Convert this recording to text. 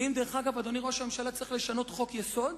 ואם, אדוני ראש הממשלה, צריך לשנות חוק-יסוד